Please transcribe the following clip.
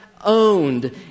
owned